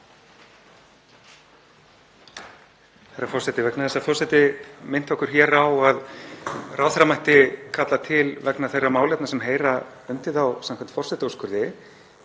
Herra forseti. Vegna þess að forseti minnti okkur hér á að ráðherra mætti kalla til vegna þeirra málefna sem heyra undir þá samkvæmt forsetaúrskurði